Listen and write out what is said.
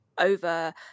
over